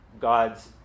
God's